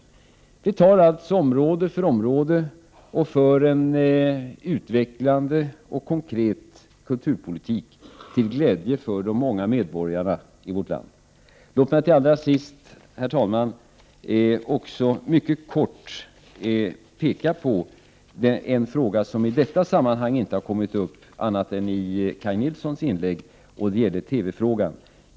På område efter område för vi alltså en utvecklande och konkret kulturpolitik till glädje för de många medborgarna i vårt land. Låt mig till allra sist mycket kort peka på en fråga som i detta sammanhang inte har kommit upp, annat än i Kaj Nilssons inlägg: TV-frågan.